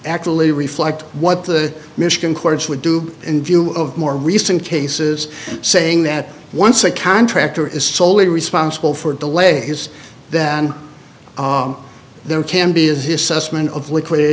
actually reflect what the michigan courts would do in view of more recent cases saying that once a contractor is soley responsible for delays than there can be as is susman of liquid